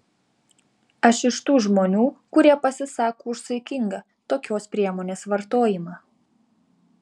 aš iš tų žmonių kurie pasisako už saikingą tokios priemonės vartojimą